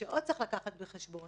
צריך לקחת בחשבון